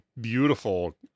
beautiful